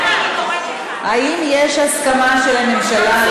האם יש הסכמה של הממשלה,